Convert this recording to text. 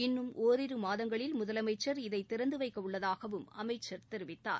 இன்னும் ஓரிரு மாதங்களில் முதலமைச்சர் இதை திறந்து வைக்கவுள்ளதாகவும் அமைச்சர் தெரிவித்தார்